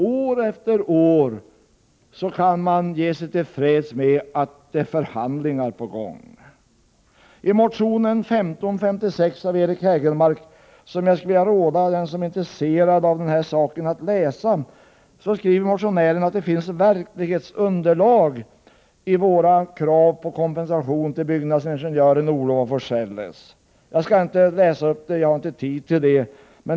År efter år kan man ge sig till tåls med att förhandlingar pågår. I motionen 1556 av Eric Hägelmark, som jag skulle vilja råda den som är intresserad av saken att läsa, skriver motionären att det finns verklighetsunderlag i våra krav på kompensation till byggnadsingenjören Olof af Forselles. Jag skallinte läsa upp innehållet i motionen — jag har inte tid till det.